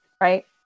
right